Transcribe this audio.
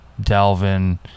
Dalvin